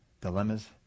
dilemmas